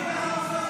אני אגיד לך שלוש,